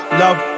love